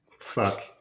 Fuck